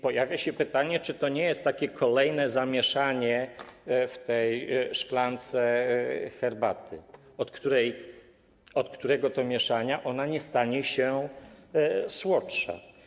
Pojawia się pytanie, czy to nie jest takie kolejne zamieszanie w tej szklance herbaty, od którego to mieszania ona nie stanie się słodsza.